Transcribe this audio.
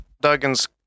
Duggan's